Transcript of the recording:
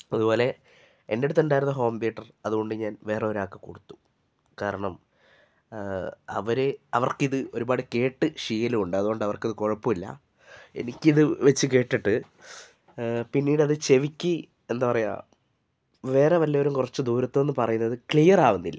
അതുപോലെ എൻ്റെ അടുത്തുണ്ടായിരുന്ന ഹോം തിയേറ്റർ അതുകൊണ്ട് ഞാൻ വേറെ ഒരാൾക്ക് കൊടുത്തു കാരണം അവർ അവർക്കിത് ഒരുപാട് കേട്ട് ശീലമുണ്ട് അതുകൊണ്ട് അവർക്കത് കുഴപ്പമില്ല എനിക്കിത് വെച്ച് കേട്ടിട്ട് പിന്നീടത് ചെവിക്ക് എന്താ പറയുക വേറെ വല്ലവരും കുറച്ചു ദൂരത്ത് നിന്ന് പറയുന്നത് ക്ലിയർ ആകുന്നില്ല